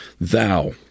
Thou